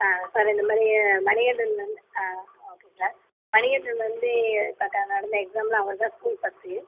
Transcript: sir இந்த மாதிரி மணிகண்டன் வந்து ஆ ஓகே சார் மணிகண்டன் வந்து இப்போ கா நடந்த எக்ஸாமில் அவர் தான் ஸ்கூல் ஃபர்ஸ்ட்டு